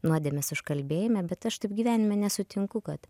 nuodėmės užkalbėjime bet aš taip gyvenime nesutinku kad